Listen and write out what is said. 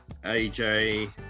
AJ